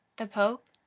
the pope,